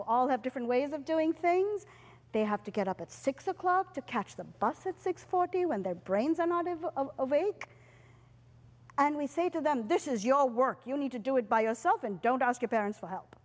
all have different ways of doing things they have to get up at six o'clock to catch the bus at six forty when their brains are not ever overweight and we say to them this is your work you need to do it by yourself and don't ask your parents for help